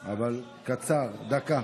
הנימוק, אבל קצר, דקה.